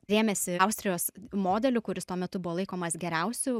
rėmėsi austrijos modeliu kuris tuo metu buvo laikomas geriausiu